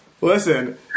Listen